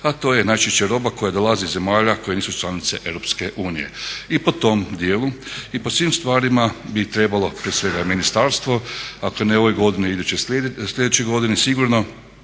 a to je najčešće roba koja dolazi iz zemalja koje nisu članice EU i po tom dijelu i po svim stvarima bi trebalo prije svega ministarstvo ako ne u ovoj godini, sljedeće godine sigurno